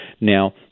Now